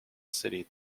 city